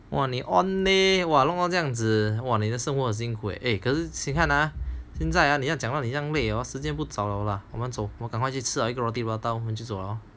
哇你勒哇弄到这样子你的生活很辛苦 eh 可是现在现在讲到这样累时间不早了我们走我赶快去吃 roti prata 我们就走咯